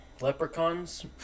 Leprechauns